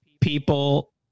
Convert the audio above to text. people